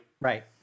Right